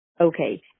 Okay